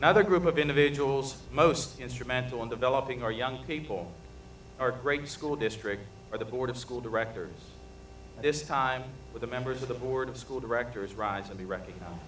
now the group of individuals most instrumental in developing our young people are great school district or the board of school directors this time with the members of the board of school directors rise to be ready